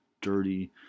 dirty